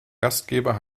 gastgeber